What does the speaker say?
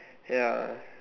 ya